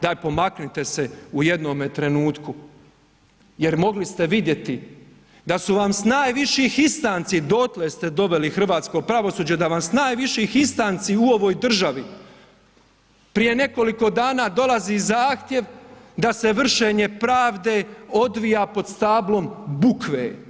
Daj pomaknite se u jednome trenutku jer mogli ste vidjeti da su vam s najviših instanci, dotle ste doveli hrvatsko pravosuđe, da vas s najviših instanci u ovoj državi prije nekoliko dana dolazi zahtjev da se vršenje pravde odvija pod stablom bukve.